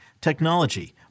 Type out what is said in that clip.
technology